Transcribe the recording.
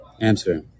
Answer